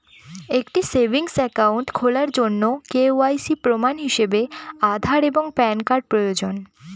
একটি savings account KYC জন্য কে.ওয়াই.সি প্রমাণ হিসাবে আধার এবং প্যান কার্ড প্রয়োজন